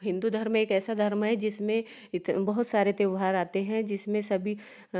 हिंदू धर्म एक ऐसा धर्म है जिसमें बहोत सारे त्यौहार आते हैं जिसमें सभी